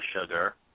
sugar